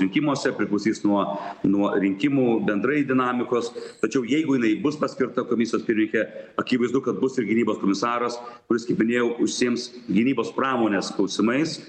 rinkimuose priklausys nuo nuo rinkimų bendrai dinamikos tačiau jeigu jinai bus paskirta komisijos pirmininke akivaizdu kad bus ir gynybos komisaras kuris kaip minėjau užsiims gynybos pramonės klausimais